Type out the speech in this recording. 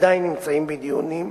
עדיין נמצאים בדיונים,